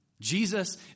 Jesus